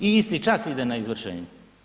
I isti čas ide na izvršenje.